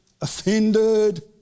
offended